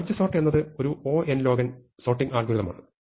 merge sort എന്നത് ഒരു O sorting algorithm ആണ്